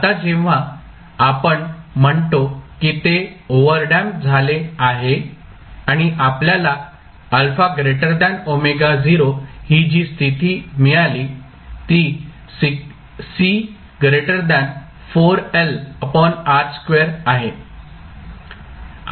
आता जेव्हा आपण म्हणतो की ते ओव्हरडॅम्प्ड झाले आहे आणि आपल्याला ही जी स्थिती मिळाली ती आहे